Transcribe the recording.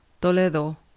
Toledo